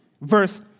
Verse